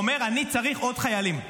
אומר: אני צריך עוד חיילים.